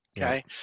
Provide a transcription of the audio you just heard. okay